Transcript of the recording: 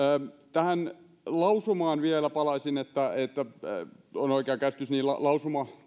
tähän lausumaan vielä palaisin että on oikea käsitys lausuma